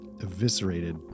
eviscerated